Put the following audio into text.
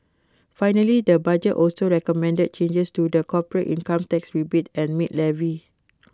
finally the budget also recommended changes to the corporate income tax rebate and maid levy